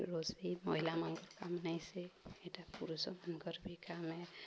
ରୋଷେଇ ମହିଲାମାନଙ୍କର କାମ ନେଇଁସି ଏଇଟା ପୁରୁଷମାନାନଙ୍କର ବି କାମ୍ ଏ